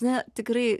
na tikrai